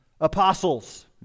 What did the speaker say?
apostles